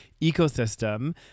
ecosystem